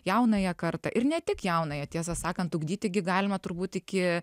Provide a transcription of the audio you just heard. jaunąją kartą ir ne tik jaunąją tiesą sakant ugdyti gi galima turbūt iki